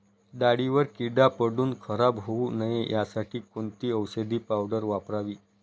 डाळीवर कीड पडून खराब होऊ नये यासाठी कोणती औषधी पावडर वापरावी?